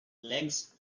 legs